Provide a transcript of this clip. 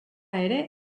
ere